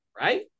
right